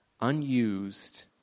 unused